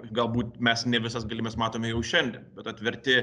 galbūt mes ne visas galimybes matome jau šiandien bet atverti